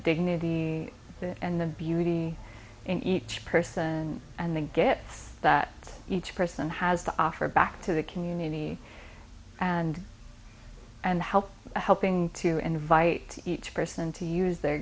dignity and the beauty in each person and they get that each person has to offer back to the community and and help helping to invite each person to use their